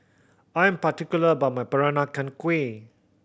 I am particular about my Peranakan Kueh